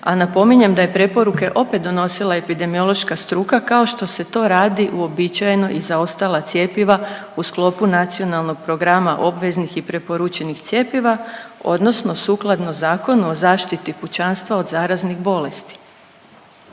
a napominjem da je preporuke opet donosila epidemiološka struka kao što se to radi uobičajeno i za ostala cjepiva u sklopu Nacionalnog programa obveznih i preporučenih cjepiva odnosno sukladno Zakonu o zaštiti pučanstva od zaraznih bolesti.